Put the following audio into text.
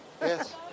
Yes